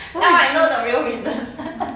now I know the real reason